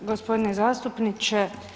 Gospodine zastupniče.